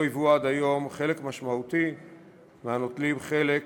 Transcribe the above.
היוו עד היום חלק משמעותי מהנוטלים חלק